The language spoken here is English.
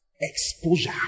exposure